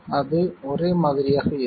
அது ஒரே மாதிரியாக இருக்கும்